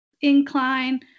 incline –